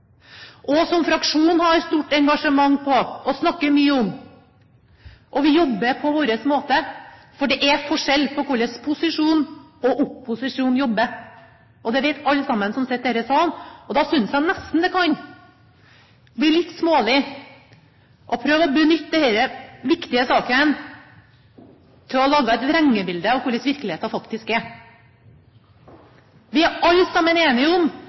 og som fraksjonen har hatt stort engasjement i og snakker mye om. Vi jobber på vår måte, for det er forskjell på hvordan posisjon og opposisjon jobber – det vet alle som sitter her i denne salen – og da synes jeg nesten det kan bli litt smålig å prøve å benytte denne viktige saken til å lage et vrengebilde av hvordan virkeligheten faktisk er. Vi er alle sammen enige om